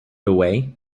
away